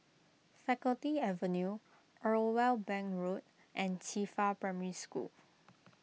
Faculty Avenue Irwell Bank Road and Qifa Primary School